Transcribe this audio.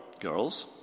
girls